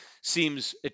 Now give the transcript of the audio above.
seems